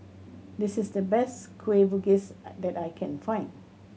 this is the best Kueh Bugis I that I can find